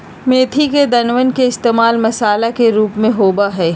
मेथी के दानवन के इश्तेमाल मसाला के रूप में होबा हई